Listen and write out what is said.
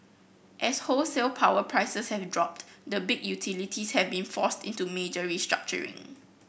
as wholesale power prices have dropped the big utilities have been forced into major restructuring